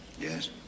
Yes